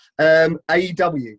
AEW